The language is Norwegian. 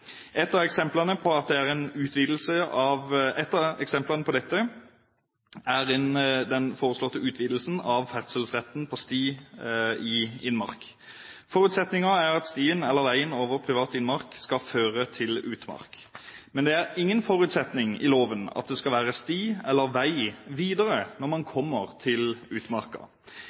Et av eksemplene på dette er den foreslåtte utvidelsen av ferdselsretten på sti i innmark. Forutsetningen er at stien eller veien over privat innmark skal føre til utmark, men det er ingen forutsetning i loven at det skal være sti eller vei videre når man kommer til